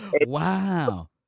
Wow